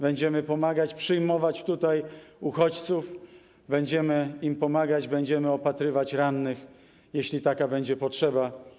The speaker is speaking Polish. Będziemy pomagać, przyjmować tutaj uchodźców, będziemy im pomagać, będziemy opatrywać rannych, jeśli taka będzie potrzeba.